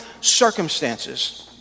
circumstances